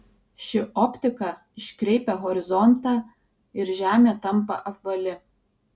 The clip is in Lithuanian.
ši optika iškreipia horizontą ir žemė tampa apvali